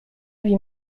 lui